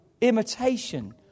imitation